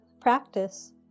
practice